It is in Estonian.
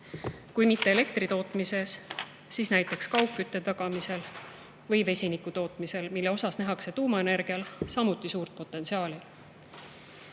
kui mitte elektri tootmiseks, siis näiteks kaugkütte tagamiseks või vesiniku tootmisel, kus nähakse tuumaenergial samuti suurt potentsiaali.